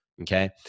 Okay